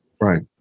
Right